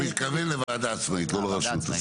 הוא מתכוון לוועדה עצמאית, לא לרשות.